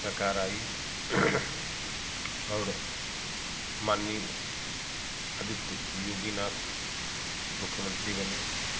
सरकार आई और माननीय आदित्य योगीनाथ मुख्यमंत्री बने